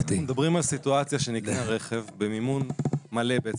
מדברים עלן סיטואציה שנקנה רכב במימון מלא של